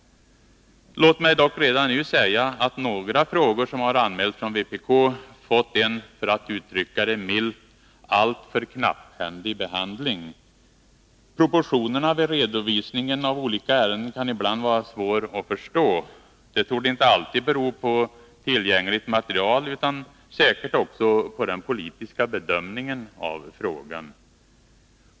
Låt mig dock redan nu säga att några frågor som har anmälts från vpk har fått en — för att uttrycka det milt — alltför knapphändig behandling. Proportionerna vid redovisningen av olika ärenden kan ibland vara svåra att förstå. De torde inte alltid bero på tillgängligt material utan säkert också på den politiska bedömningen av frågan.